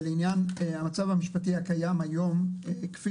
לעניין המצב המשפטי הקיים היום כפי